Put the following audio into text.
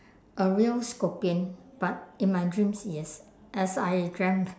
a real scorpion but in my dreams yes as I dreamt